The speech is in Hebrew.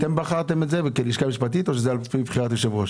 אתם בחרתם את זה כלשכה משפטית או שזה על פי בחירת היושב ראש.